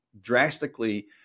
drastically